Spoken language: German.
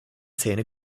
zähne